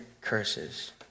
curses